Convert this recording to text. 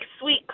sweet